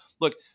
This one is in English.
Look